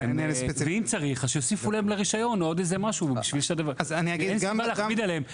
אם צריך שיוסיפו להם עוד משהו לרישיון; אין סיבה להכביד עליהם.